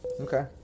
okay